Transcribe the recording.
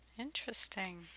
Interesting